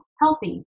healthy